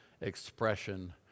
expression